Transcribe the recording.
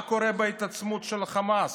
מה קורה בהתעצמות של חמאס.